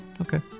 okay